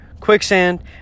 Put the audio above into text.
Quicksand